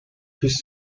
his